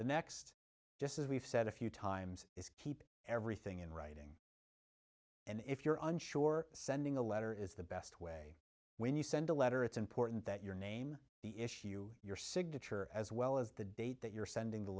the next just as we've said a few times is keep everything in writing and if you're unsure sending a letter is the best way when you send a letter it's important that your name the issue your signature as well as the date that you're sending the